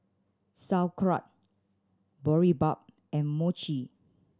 Sauerkraut Boribap and Mochi